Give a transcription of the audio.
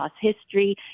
history